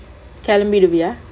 கிளம்பிருவியா:kilambiruviyaa